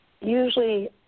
usually –